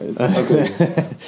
okay